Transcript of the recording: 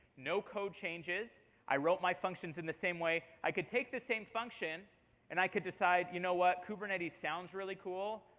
no code changes. i wrote my functions in the same way. i could take the same function and i could decide you know what, kubernetes sounds really cool.